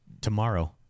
tomorrow